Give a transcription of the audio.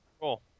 cool